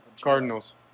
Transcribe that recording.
Cardinals